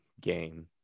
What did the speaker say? game